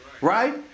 Right